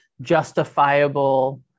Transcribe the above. justifiable